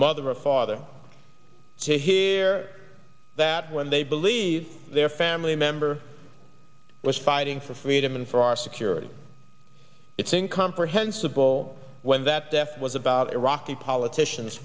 mother or father to hear that when they believe their family member was fighting for freedom and for our security it's incomprehensible when that death was about iraq the politicians